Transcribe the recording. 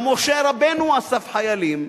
גם משה רבנו אסף חיילים,